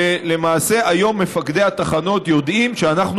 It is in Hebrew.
ולמעשה היום מפקדי התחנות יודעים שאנחנו